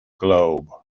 globe